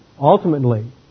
Ultimately